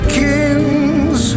kings